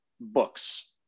books